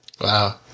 Wow